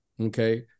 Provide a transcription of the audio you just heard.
okay